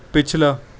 ਪਿਛਲਾ